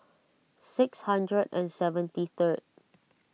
six hundred and seventy third